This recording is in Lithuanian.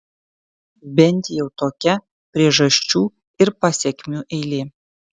bent jau tokia priežasčių ir pasekmių eilė